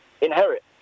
inherit